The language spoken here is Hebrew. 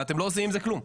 ואתם לא עושים עם זה כלום,